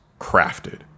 crafted